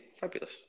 Fabulous